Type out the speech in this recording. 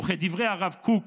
וכדברי הרב קוק